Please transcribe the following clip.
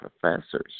professors